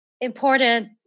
important